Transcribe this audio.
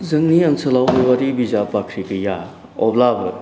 जोंनि ओनसोलाव बेबायदि बिजाब बाख्रि गैया अब्लाबो